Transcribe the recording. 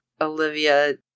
Olivia